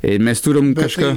ir mes turim kažką